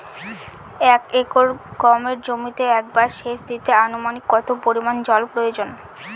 এক একর গমের জমিতে একবার শেচ দিতে অনুমানিক কত পরিমান জল প্রয়োজন?